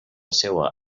seua